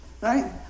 Right